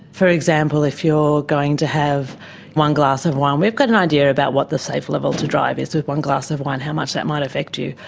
for example, if you are going to have one glass of wine, we've got an idea about what the safe level to drive is with one glass of wine, how much that might affect you.